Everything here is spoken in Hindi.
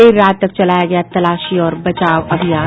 देर रात तक चलाया गया तलाशी और बचाव अभियान